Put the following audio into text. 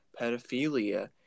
pedophilia